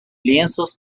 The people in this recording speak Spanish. lienzos